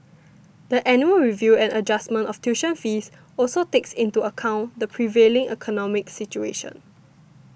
the annual review and adjustment of tuition fees also takes into account the prevailing economic situation